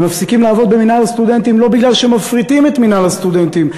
הם מפסיקים לעבוד במינהל הסטודנטים לא כי מפריטים את מינהל הסטודנטים,